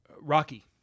Rocky